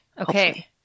Okay